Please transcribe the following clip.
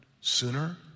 sooner